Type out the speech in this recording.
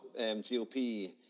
GOP